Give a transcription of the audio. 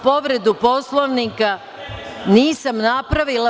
Povredu Poslovnika nisam napravila.